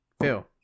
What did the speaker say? Phil